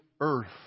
earth